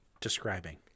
describing